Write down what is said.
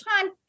time